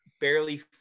barely